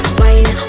wine